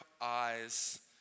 eyes